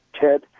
Ted